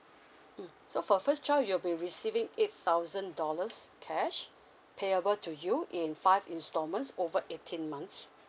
mm so for first child you will be receiving eight thousand dollars cash payable to you in five instalments over eighteen months